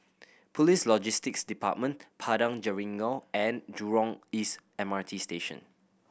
Police Logistics Department Padang Jeringau and Jurong East M R T Station